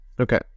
okay